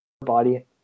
body